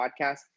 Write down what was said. podcast